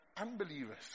unbelievers